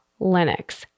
Linux